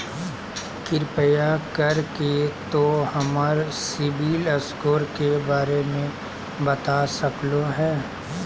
कृपया कर के तों हमर सिबिल स्कोर के बारे में बता सकलो हें?